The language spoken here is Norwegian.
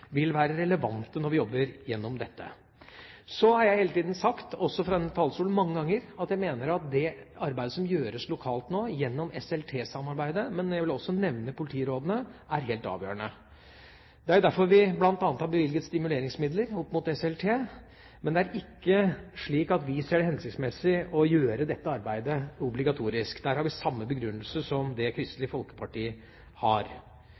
vil være relevante når vi jobber gjennom dette. Så har jeg hele tiden sagt, også fra denne talerstolen mange ganger, at jeg mener at det arbeidet som gjøres lokalt nå, gjennom SLT-samarbeidet – men jeg vil også nevne politirådene – er helt avgjørende. Det er derfor vi bl.a. har bevilget stimuleringsmidler opp mot SLT, men det er ikke slik at vi ser det som hensiktsmessig å gjøre dette arbeidet obligatorisk. Der har vi samme begrunnelse som Kristelig Folkeparti har.